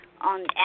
on